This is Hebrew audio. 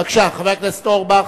בבקשה, חבר הכנסת אורבך.